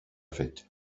fet